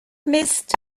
mist